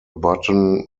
button